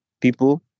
people